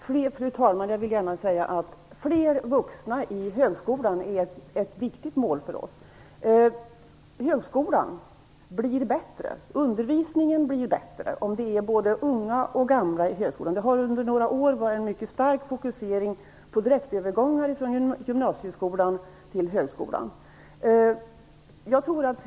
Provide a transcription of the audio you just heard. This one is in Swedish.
Fru talman! Fler vuxna i högskolan är ett viktigt mål för oss. Högskolan och undervisningen där blir bättre om det finns både unga och gamla i högskolan. Det har under några år varit en mycket stark fokusering på direktövergångar från gymnasieskolan till högskolan.